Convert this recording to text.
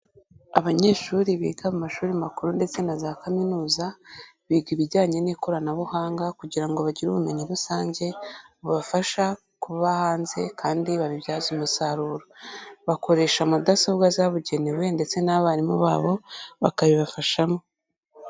Abanyeshuri biga mu mashuri makuru ndetse na za kaminuza, biga ibijyanye n'ikoranabuhanga, kugira ngo bagire ubumenyi rusange, bubafasha kuba hanze, kandi babibyaze umusaruro. Bakoresha mudasobwa zabugenewe ndetse n'abarimu babo, bakabibafashamo.